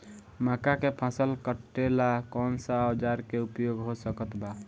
मक्का के फसल कटेला कौन सा औजार के उपयोग हो सकत बा?